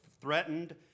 threatened